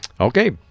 Okay